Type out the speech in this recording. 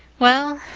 well,